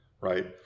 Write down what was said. right